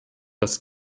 das